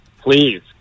please